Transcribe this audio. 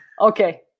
Okay